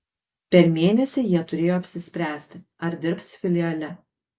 per mėnesį jie turėjo apsispręsti ar dirbs filiale